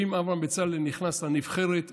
אם אברהם בצלאל נכנס לנבחרת המצוינת,